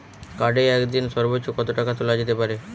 কার্ডে একদিনে সর্বোচ্চ কত টাকা তোলা যেতে পারে?